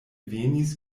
venis